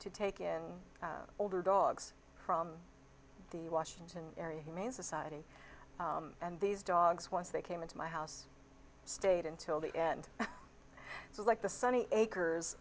to take in older dogs from the washington area humane society and these dogs once they came into my house stayed until the end so like the sunny acres